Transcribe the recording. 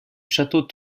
château